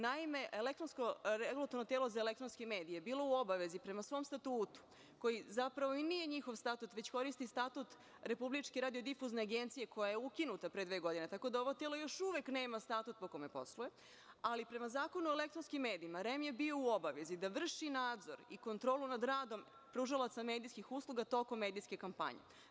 Naime, Regulatorno telo za elektronske medije je bilo u obavezi, prema svom statutu, koji zapravo i nije njihov statut, već koristi Statut Republičke radiodifuzne agencije, koja je ukinuta pre dve godine, tako da ovo telo još uvek nema statut po kome posluje, ali prema Zakonu o elektronskim medijima REM je bio u obavezi da vrši nadzor i kontrolu nad radom pružalaca medijskih usluga tokom medijske kampanje.